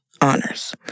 honors